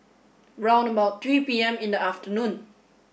round about three P M in the afternoon